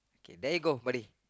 K there you go buddy